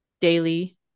daily